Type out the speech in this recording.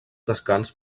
descans